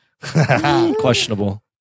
questionable